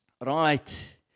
Right